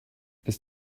ist